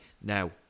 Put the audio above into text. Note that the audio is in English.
Now